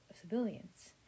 civilians